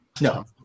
No